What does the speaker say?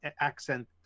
accent